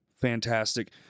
fantastic